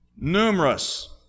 numerous